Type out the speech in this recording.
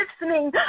listening